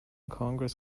congress